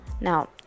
Now